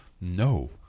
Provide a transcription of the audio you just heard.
No